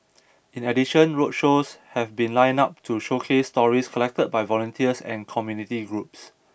in addition roadshows have been lined up to showcase stories collected by volunteers and community groups